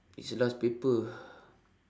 it's the last paper